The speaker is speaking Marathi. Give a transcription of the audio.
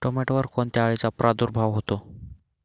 टोमॅटोवर कोणत्या अळीचा प्रादुर्भाव होतो?